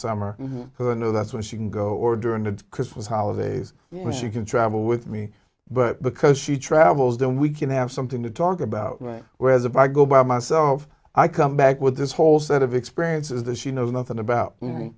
summer because i know that's when she can go or during the christmas holidays when she can travel with me but because she travels then we can have something to talk about way whereas if i go by myself i come back with this whole set of experiences that she knows nothing about